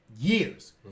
years